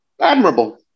admirable